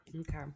Okay